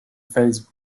facebook